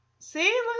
See